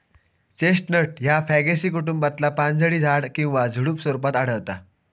chestnut ह्या Fagaceae कुटुंबातला पानझडी झाड किंवा झुडुप स्वरूपात आढळता